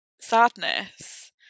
sadness